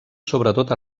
sobretot